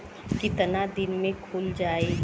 कितना दिन में खुल जाई?